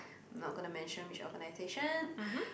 not gonna mention which organization